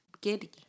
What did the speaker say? giddy